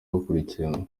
bakurikiranwa